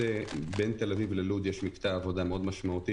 בין תל אביב ללוד יש מקטע עבודה מאוד משמעותי